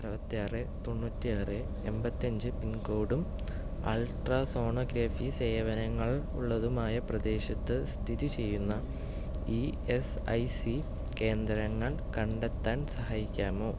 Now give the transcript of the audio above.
അറുപത്താറ് തൊണ്ണൂറ്റി ആറ് എൺപത്തി അഞ്ച് പിൻകോഡും അൾട്രാസോണോഗ്രാഫി സേവനങ്ങൾ ഉള്ളതുമായ പ്രദേശത്ത് സ്ഥിതിചെയ്യുന്ന ഇ ഐ എ സ്സി കേന്ദ്രങ്ങൾ കണ്ടെത്താൻ സഹായിക്കാമോ